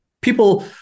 People